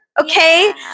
okay